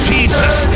Jesus